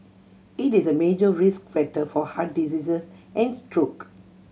it is a major risk factor for heart diseases and stroke